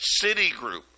Citigroup